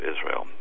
Israel